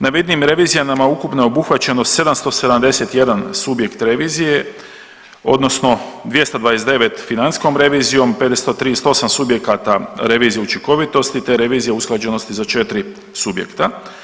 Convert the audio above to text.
Na vidnim revizijama ukupno je obuhvaćeno 771 subjekt revizije odnosno 229 financijskom revizijom, 538 subjekata revizije učinkovitosti te revizija usklađenosti za 4 subjekta.